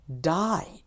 Died